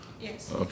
Yes